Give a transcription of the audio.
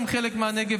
הם חלק מהנגב,